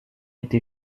été